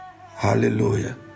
hallelujah